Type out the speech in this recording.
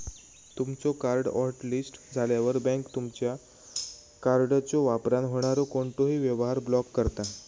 तुमचो card hotlist झाल्यावर, bank तुमचा कार्डच्यो वापरान होणारो कोणतोही व्यवहार ब्लॉक करता